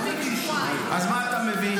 אני לא מביא